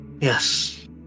Yes